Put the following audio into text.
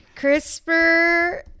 CRISPR